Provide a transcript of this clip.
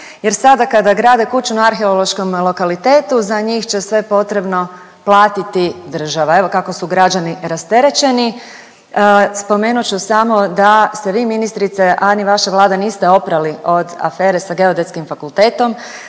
jer sada kada grade kuću na arheološkom lokalitetu za njih će sve potrebno platiti država. Evo kako su građani rasterećeni. Spomenut ću samo da se vi ministrice, a ni vaša Vlada niste oprali od afere sa Geodetskim fakultetom,